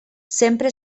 sempre